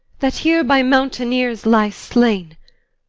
that here by mountaineers lies slain.